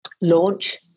launch